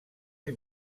ell